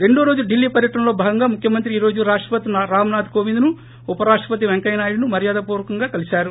రెండో రోజు ఢిల్లీ పర్యటనలో భాగంగా ముఖ్యమంత్రి ఈ రోజు రాష్టపతి రామ్నాథ్ కోవింద్ను ఉపరాష్టపతి వెంకయ్య నాయుడును మర్యాదపూర్స్కం గా కలిసారు